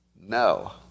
no